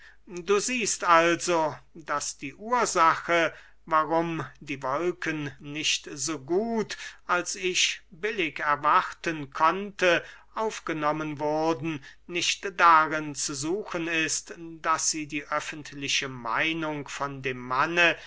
du siehst also daß die ursache warum die wolken nicht so gut als ich billig erwarten konnte aufgenommen wurden nicht darin zu suchen ist daß sie die öffentliche meinung von dem manne